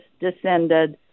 descended